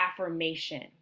affirmation